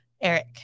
Eric